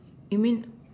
you mean